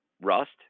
rust